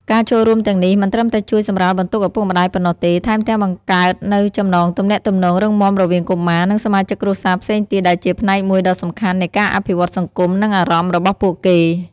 ការចូលរួមទាំងនេះមិនត្រឹមតែជួយសម្រាលបន្ទុកឪពុកម្ដាយប៉ុណ្ណោះទេ ថែមទាំងបង្កើតនូវចំណងទំនាក់ទំនងរឹងមាំរវាងកុមារ និងសមាជិកគ្រួសារផ្សេងទៀត ដែលជាផ្នែកមួយដ៏សំខាន់នៃការអភិវឌ្ឍន៍សង្គម និងអារម្មណ៍របស់ពួកគេ។